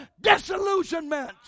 disillusionment